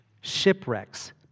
shipwrecks